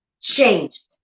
changed